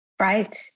Right